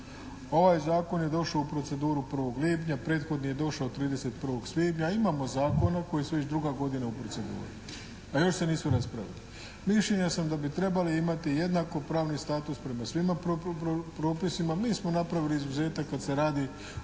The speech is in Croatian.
Ovaj zakon je došao u proceduru 1. lipnja. Prethodni je došao 31. svibnja. Imamo zakona koji su već druga godina u proceduri, a još se nisu raspravili. Mišljenja sam da bi trebali imati jednakopravni status prema svima propisima. Mi smo napravili izuzetak kad se radi